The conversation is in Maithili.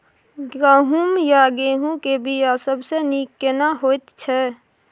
गहूम या गेहूं के बिया सबसे नीक केना होयत छै?